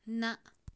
نہَ